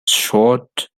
short